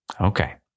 okay